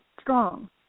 strong